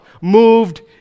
moved